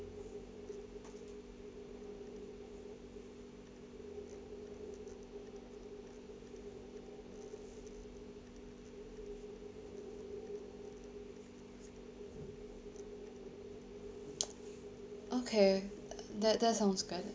okay that that sounds good